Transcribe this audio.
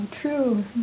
true